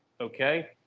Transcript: okay